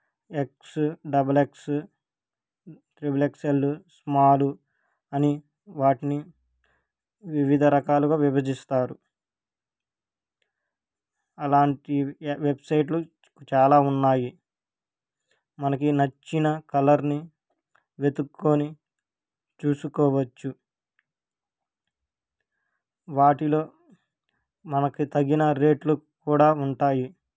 X double X triple X L small అని వాటిని వివిధ రకాలుగా విభజిస్తారు అలాంటి ఎ వెబ్సైట్లు చాలా ఉన్నాయి మనకి నచ్చిన కలర్ని వెతుకుని చూసుకోవచ్చు వాటిలో మనకి తగిన రేట్లు కూడా ఉంటాయి